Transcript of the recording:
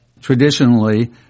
traditionally